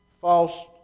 false